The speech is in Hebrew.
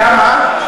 כמה?